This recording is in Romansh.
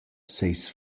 seis